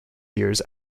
years